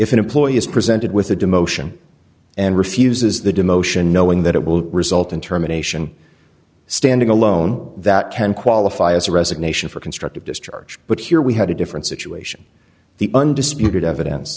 if an employee is presented with a demotion and refuses the demotion knowing that it will result in terminations standing alone that can qualify as a resignation for constructive discharge but here we had a different situation the undisputed